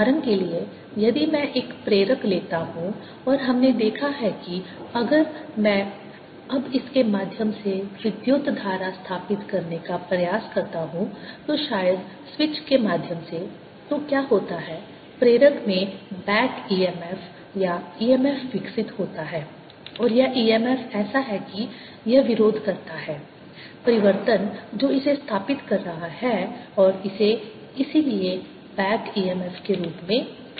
उदाहरण के लिए यदि मैं एक प्रेरक लेता हूं और हमने देखा है कि अगर मैं अब इसके माध्यम से विद्युत धारा स्थापित करने का प्रयास करता हूं तो शायद स्विच के माध्यम से तो क्या होता है प्रेरक में बैक EMF या EMF विकसित होता है और यह EMF ऐसा है कि यह विरोध करता है परिवर्तन जो इसे स्थापित कर रहा है और इसे इसलिए बैक EMF के रूप में भी जाना जाता है